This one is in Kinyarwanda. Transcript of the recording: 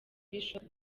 bishop